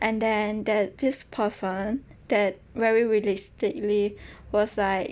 and then that this person that very realistically was like